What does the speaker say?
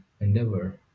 endeavor